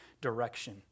direction